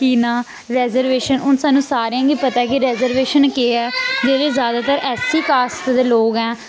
कि ना रेजरवेशन हून सानूं सारेआं गी पता ऐ कि रेजरवेशन केह् ऐ जेह्ड़े ज्यादातर एस सी कास्ट दे लोक ऐं